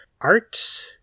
art